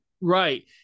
Right